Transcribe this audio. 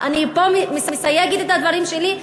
אני פה מסייגת את הדברים שלי,